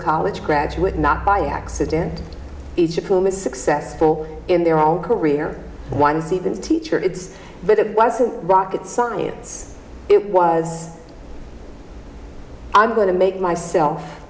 college graduate not by accident each of whom is successful in their own career one is even a teacher it's but it wasn't rocket science it was i'm going to make myself